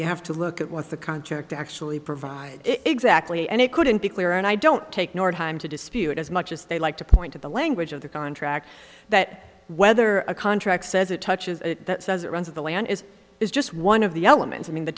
you have to look at what the contract actually provide exactly and it couldn't be clearer and i don't take your time to dispute as much as they like to point to the language of the contract that whether a contract says it touches that says it runs of the land is is just one of the elements i mean the